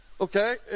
Okay